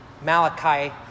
Malachi